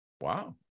wow